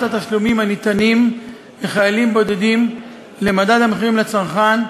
התשלומים הניתנים לחיילים בודדים למדד המחירים לצרכן,